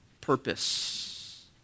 purpose